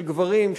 של גברים,